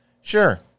Sure